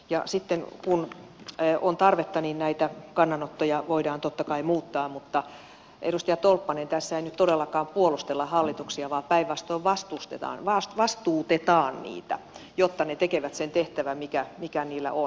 ja sitten kun on tarvetta näitä kannanottoja voidaan totta kai muuttaa mutta edustaja tolppanen tässä ei nyt todellakaan puolustella hallituksia vaan päinvastoin vastustetaan vastuutetaan niitä jotta ne tekevät sen tehtävän mikä niillä on